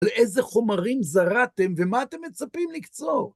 לאיזה חומרים זרעתם, ומה אתם מצפים לקצור?